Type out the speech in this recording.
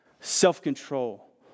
self-control